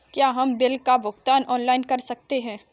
क्या हम बिल का भुगतान ऑनलाइन कर सकते हैं?